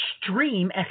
extreme